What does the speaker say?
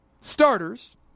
starters